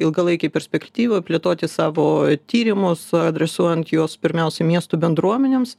ilgalaikėj perspektyvoj plėtoti savo tyrimus adresuojant juos pirmiausia miestų bendruomenėms